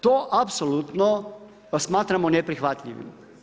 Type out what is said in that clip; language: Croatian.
To apsolutno smatramo neprihvatljivim.